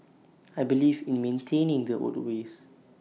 I believe in maintaining the old ways